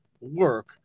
work